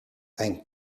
thank